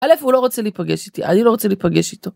א הוא לא רוצה להיפגש איתי אני לא רוצה להיפגש איתו.